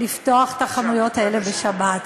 לפתוח את העסקים האלה בשבת.